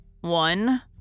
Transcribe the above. One